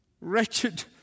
wretched